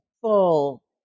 full